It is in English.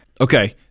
Okay